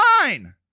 fine